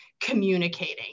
communicating